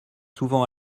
souvent